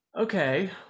Okay